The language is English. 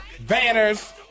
Banners